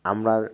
আমরা